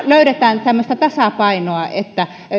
löydetään tämmöistä tasapainoa että